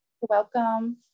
welcome